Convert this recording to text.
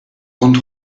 und